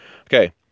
Okay